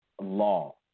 Law